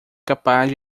capaz